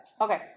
Okay